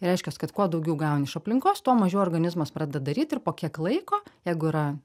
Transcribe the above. reiškias kad kuo daugiau gauni iš aplinkos tuo mažiau organizmas pradeda daryt ir po kiek laiko jeigu yra